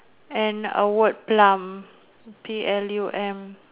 and a word plum P L U M